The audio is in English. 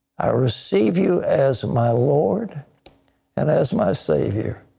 i receive you as my lord and as my savior.